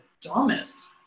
dumbest